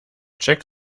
check